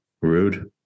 rude